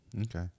Okay